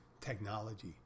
technology